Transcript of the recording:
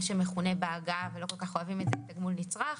מה שמכונה בעגה ולא כל כך אוהבים את זה תגמול נצרך,